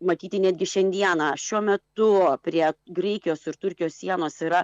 matyti netgi šiandieną šiuo metu prie graikijos ir turkijos sienos yra